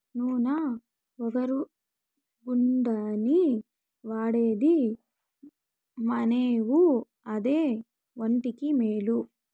నూన ఒగరుగుందని వాడేది మానేవు అదే ఒంటికి మేలు